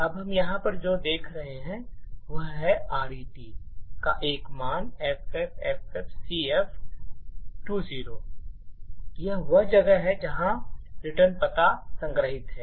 अब हम यहाँ पर जो देख रहे हैं वह है RET का एक मान FFFFCF20 यह वह जगह है जहाँ रिटर्न पता संग्रहीत है